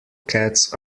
cats